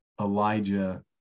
Elijah